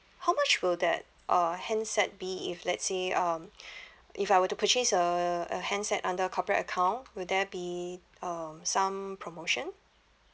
how much will that uh handset be if let's say um if I were to purchase a a handset under corporate account will there be um some promotion